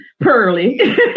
Pearly